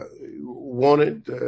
wanted